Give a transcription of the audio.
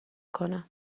کنه